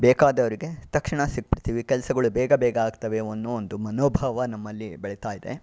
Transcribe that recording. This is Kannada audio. ಬೇಕಾದವರಿಗೆ ತಕ್ಷಣ ಸಿಕ್ಬಿಡ್ತೀವಿ ಕೆಲಸಗಳು ಬೇಗ ಬೇಗ ಆಗ್ತವೆ ಅನ್ನೋ ಒಂದು ಮನೋಭಾವ ನಮ್ಮಲ್ಲಿ ಬೆಳೀತಾಯಿದೆ